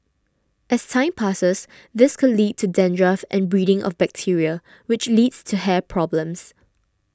as time passes this could lead to dandruff and breeding of bacteria which leads to hair problems